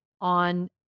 on